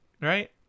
Right